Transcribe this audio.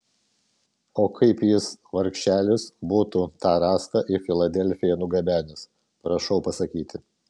o kaip jis vargšelis būtų tą rąstą į filadelfiją nugabenęs prašau pasakyti